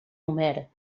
homer